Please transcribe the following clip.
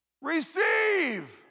receive